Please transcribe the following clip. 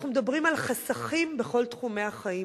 אנחנו מדברים על חסכים בכל תחומי החיים: